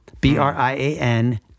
B-R-I-A-N